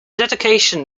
dedication